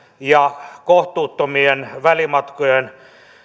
ja kohtuuttomien välimatkojen